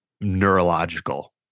neurological